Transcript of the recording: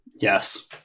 Yes